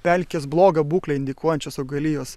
pelkės blogą būklę indikuojančios augalijos